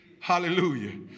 hallelujah